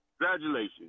Congratulations